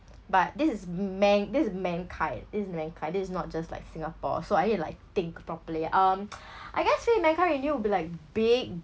but this is man this is mankind this is mankind this is not just like Singapore so I need to like think properly um I guess faith in mankind renewed would be like big